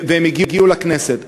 הן הגיעו לכנסת.